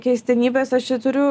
keistenybes aš čia turiu